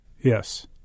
Yes